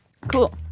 Cool